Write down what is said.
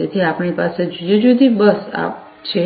તેથી આપણી પાસે જુદી જુદી બસ છે